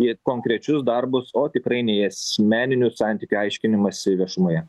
į konkrečius darbus o tikrai ne į asmeninių santykių aiškinimąsi viešumoje